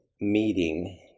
meeting